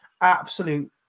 absolute